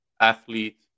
athlete